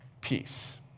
peace